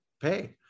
pay